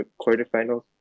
quarterfinals